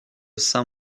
saint